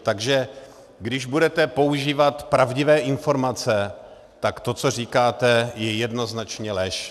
Takže když budete používat pravdivé informace, tak to, co říkáte, je jednoznačně lež.